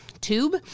tube